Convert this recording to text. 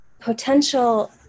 potential